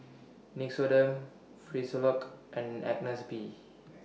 Nixoderm Frisolac and Agnes B